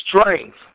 Strength